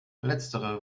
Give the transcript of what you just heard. letztere